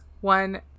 One